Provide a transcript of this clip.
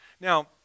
Now